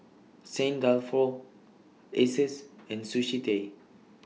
Saint Dalfour Asus and Sushi Tei